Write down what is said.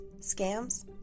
scams